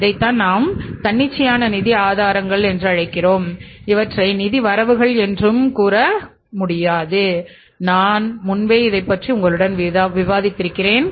இதைத்தான் நாம் தன்னிச்சையான நிதி ஆதாரங்கள் என்கிறோம் இவற்றை நிதி வரவுகள் என்று கூற முடியாது நான் முன்பே இதைப் பற்றி உங்களுடன் விவாதித்தேன்